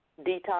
detox